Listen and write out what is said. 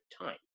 time